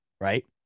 right